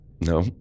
No